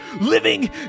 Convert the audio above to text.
living